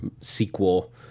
sequel